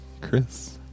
Chris